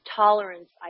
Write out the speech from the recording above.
tolerance